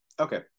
Okay